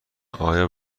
آیا